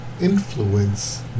influence